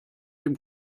dem